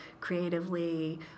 creatively